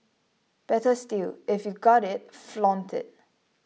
better still if you got it flaunt it